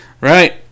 Right